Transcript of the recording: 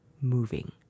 moving